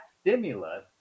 stimulus